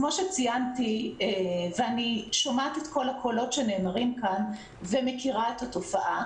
כפי שציינתי ואני שומעת את כל הקולות כאן ומכירה את התופעה